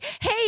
hey